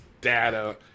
data